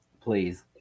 Please